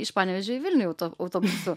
iš panevėžio į vilnių autobusu